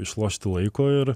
išlošti laiko ir